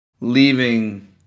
leaving